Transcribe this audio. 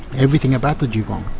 everything about the dugong.